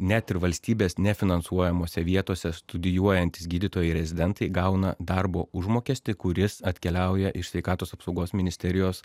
net ir valstybės nefinansuojamose vietose studijuojantys gydytojai rezidentai gauna darbo užmokestį kuris atkeliauja iš sveikatos apsaugos ministerijos